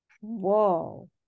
Whoa